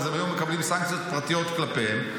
הם היו מקבלים סנקציות פרטיות כלפיהם,